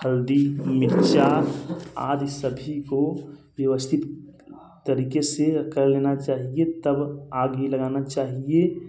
हल्दी मिरचा आदि सभी को व्यवस्थित तरीके से कर लेना चाहिए तब आग ही लगाना चाहिए